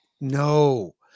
No